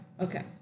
okay